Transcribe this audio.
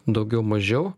daugiau mažiau